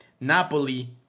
Napoli